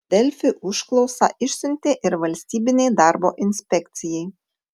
delfi užklausą išsiuntė ir valstybinei darbo inspekcijai